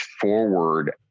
forward